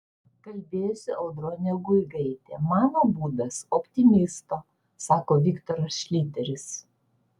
kalbėjosi audronė guigaitė mano būdas optimisto sako viktoras šliteris